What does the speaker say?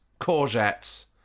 courgettes